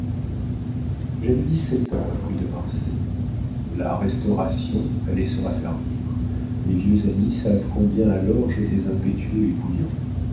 j'avais dix-sept ans reprit de marsay la restauration allait se raffermir mes vieux amis savent combien alors j'étais impétueux et bouillant